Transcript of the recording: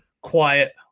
quiet